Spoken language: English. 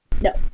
No